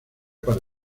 para